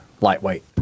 lightweight